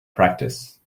practice